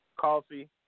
coffee